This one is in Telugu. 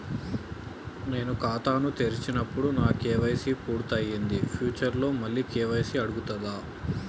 నేను ఖాతాను తెరిచినప్పుడు నా కే.వై.సీ పూర్తి అయ్యింది ఫ్యూచర్ లో మళ్ళీ కే.వై.సీ అడుగుతదా?